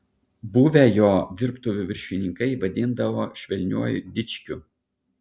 buvę jo dirbtuvių viršininkai vadindavo švelniuoju dičkiu